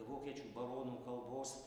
vokiečių baronų kalbos